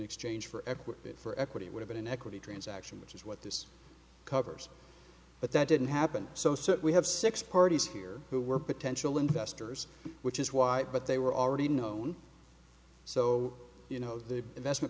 exchange for equity for equity would have an equity transaction which is what this covers but that didn't happen so so we have six parties here who were potential investors which is why but they were already known so you know the investment